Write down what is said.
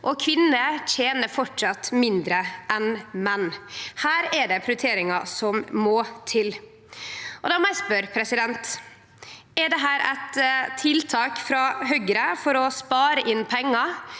og kvinner tener framleis mindre enn menn. Her er det prioriteringar som må til. Då må eg spørje: Er dette eit tiltak frå Høgre for å spare inn pengar